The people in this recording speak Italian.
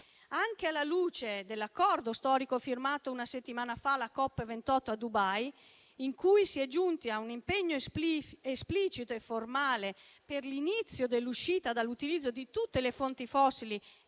Anche alla luce dell'accordo storico, firmato una settimana fa alla COP28 a Dubai, in cui si è giunti a un impegno esplicito e formale per l'inizio dell'uscita dall'utilizzo di tutte le fonti fossili